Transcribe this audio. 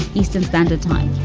eastern standard time.